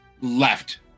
left